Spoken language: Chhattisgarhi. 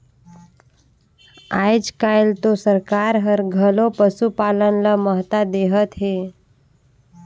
आयज कायल तो सरकार हर घलो पसुपालन ल महत्ता देहत हे